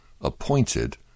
appointed